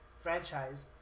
franchise